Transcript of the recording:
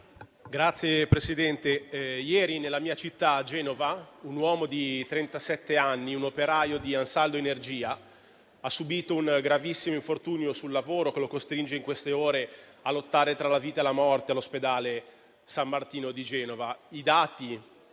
ieri nella mia città, a Genova, un uomo di trentasette anni, un operaio di Ansaldo Energia, ha subito un gravissimo infortunio sul lavoro, che lo costringe in queste ore a lottare tra la vita e la morte all'ospedale San Martino di Genova.